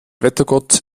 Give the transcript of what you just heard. wettergott